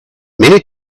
many